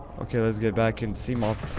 okay, let's get back in sea moth.